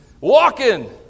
walking